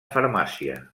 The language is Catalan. farmàcia